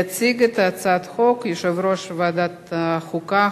יציג את הצעת החוק יושב-ראש ועדת החוקה,